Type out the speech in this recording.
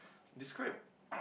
describe